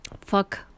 Fuck